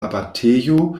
abatejo